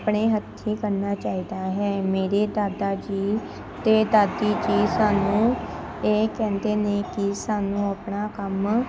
ਆਪਣੇ ਹੱਥੀਂ ਕਰਨਾ ਚਾਹੀਦਾ ਹੈ ਮੇਰੇ ਦਾਦਾ ਜੀ ਅਤੇ ਦਾਦੀ ਜੀ ਸਾਨੂੰ ਇਹ ਕਹਿੰਦੇ ਨੇ ਕਿ ਸਾਨੂੰ ਆਪਣਾ ਕੰਮ